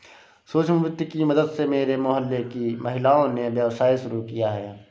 सूक्ष्म वित्त की मदद से मेरे मोहल्ले की महिलाओं ने व्यवसाय शुरू किया है